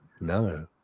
No